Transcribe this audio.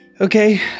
okay